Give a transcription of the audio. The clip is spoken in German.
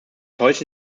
heute